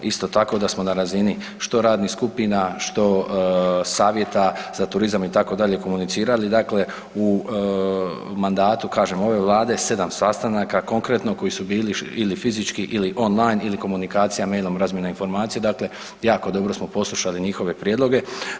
Isto tako da smo na razini što radnih skupina, što savjeta za turizam itd., dakle, u mandatu kažem ove Vlade 7 sastanaka, konkretno koji su bili ili fizički ili online ili komunikacija mailom, razmjena informacija, dakle jako dobro smo poslušali njihove prijedloge.